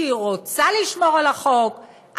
שהיא רוצה לשמור על החוק,